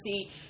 see